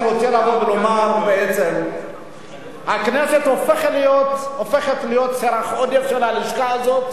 אני רוצה לבוא ולומר בעצם שהכנסת הופכת להיות סרח עודף של הלשכה הזאת,